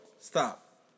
Stop